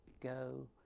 Go